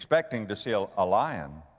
expecting to see a, a lion,